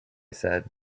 said